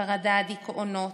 חרדה, דיכאונות,